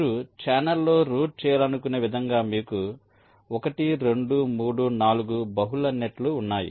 మీరు ఛానెల్లో రూట్ చేయాలనుకునే విధంగా మీకు 1 2 3 4 బహుళ నెట్ లు ఉన్నాయి